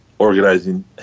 Organizing